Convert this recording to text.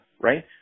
right